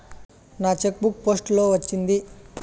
నా cheque book post లో వచ్చింది